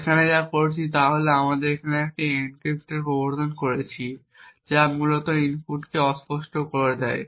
এখন আমরা যা করেছি তা হল আমরা এখানে একটি এনক্রিপ্টর প্রবর্তন করেছি যা মূলত ইনপুটকে অস্পষ্ট করে দেয়